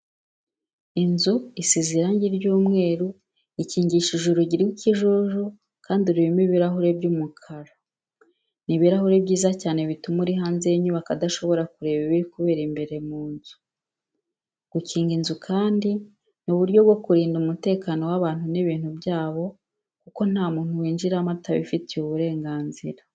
Inzu isize irangi ry'umweru, ikingishije urugi rw'ikijuju kandi rurimo ibirahure by'umukara. Ni ibirahure byiza cyane bituma uri hanze y'inyubako adashobora kureba ibiri kubera imbere mu nzu. Gukinga inzu kandi ni uburyo bwo kurinda umutekano w'abantu n'ibintu byabo kuko nta muntu winjiramo atabifitiye uburenganzira.